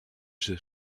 ces